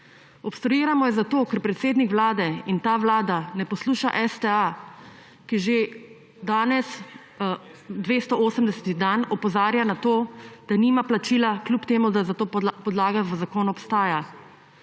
Obstruiramo jo zato, ker predsednik vlade in ta vlada ne posluša STA, ki danes že 280. dan opozarja na to, da nima plačila, kljub temu da za to podlaga v zakonu obstaja.